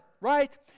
Right